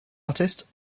artist